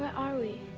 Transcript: are we,